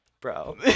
Bro